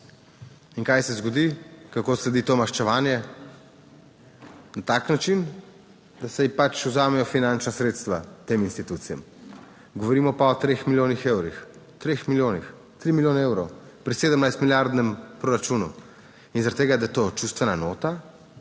In kaj se zgodi? Kako sledi to maščevanje? Na tak način, da se pač vzamejo finančna sredstva tem institucijam, govorimo pa o treh milijonih evrov, o treh milijonih evrov pri 17-milijardnem proračunu. In zaradi tega, da je to čustvena nota,